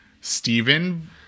Stephen